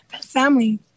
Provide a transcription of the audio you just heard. family